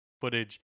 footage